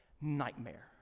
nightmare